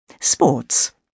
Sports